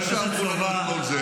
אדוני ראש הממשלה?